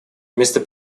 вместо